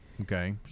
Okay